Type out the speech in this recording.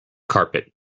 carpet